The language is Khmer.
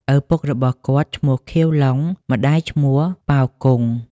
ឪពុក របស់គាត់ ឈ្មោះ ខៀវ ឡុង ម្តាយឈ្មោះ ប៉ោ គង់ ។